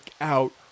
out